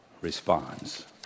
responds